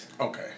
Okay